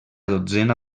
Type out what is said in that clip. dotzena